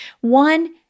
One